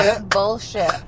bullshit